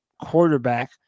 quarterback